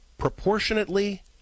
proportionately